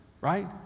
right